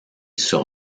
sur